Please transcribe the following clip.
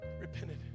repented